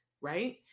right